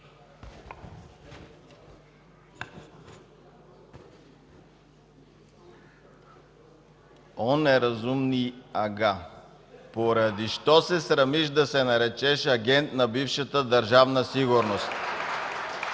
О, неразумний ага, поради що се срамиш да се наречеш агент на бившата Държавна сигурност?